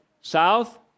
south